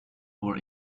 for